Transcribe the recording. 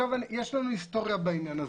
יש לנו היסטוריה בעניין הזה.